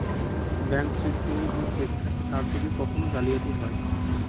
bank cheque বইয়ে যে cheque থাকে তার যদি কখন জালিয়াতি হয়